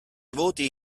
voti